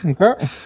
Okay